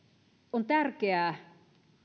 on tärkeää